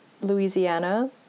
Louisiana